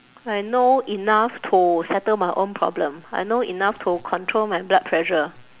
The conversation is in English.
I know enough to settle my own problem I know enough to control my blood pressure